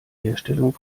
herstellung